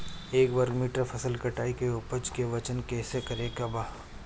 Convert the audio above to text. एक वर्ग मीटर फसल कटाई के उपज के वजन कैसे करे के बा?